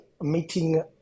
meeting